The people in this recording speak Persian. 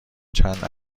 چند